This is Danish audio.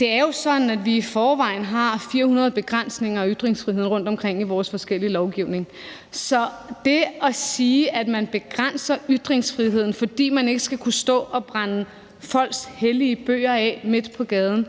Det er jo sådan, at vi i forvejen har 400 begrænsninger af ytringsfriheden rundtomkring i vores forskellige lovgivning, så det at sige, at man begrænser ytringsfriheden, fordi man ikke skal kunne stå og brænde folks hellige bøger af midt på gaden,